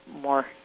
more